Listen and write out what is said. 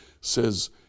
says